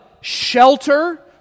shelter